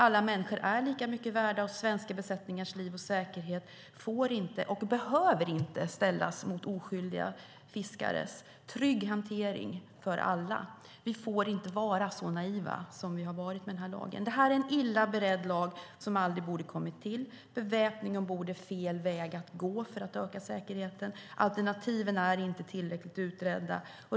Alla människor är lika mycket värda, och svenska besättningars liv och säkerhet får inte, och behöver inte, ställas mot oskyldiga fiskares. Trygg hantering för alla! Vi får inte vara så naiva som vi har varit med denna lag. Det här är en illa beredd lag som aldrig borde ha kommit till. Beväpning ombord är fel väg att gå för att öka säkerheten. Alternativen är inte tillräckligt utredda.